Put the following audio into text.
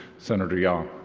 senator yaw.